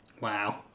Wow